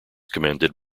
commanded